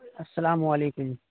السلام علیکم